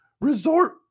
resort